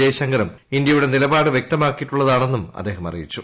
ജയശങ്കവും ഇ്ഞ്യയുടെ നിലപാട് വ്യക്തമാക്കിയിട്ടുള്ളതാണെന്നും അദ്ദേഹം അറിയിച്ചു